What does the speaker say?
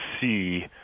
see